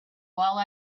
while